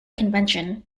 convention